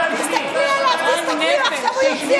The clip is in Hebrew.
תסתכלי על, תסתכלי עליו, את לא מתביישת?